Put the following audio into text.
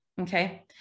Okay